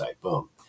boom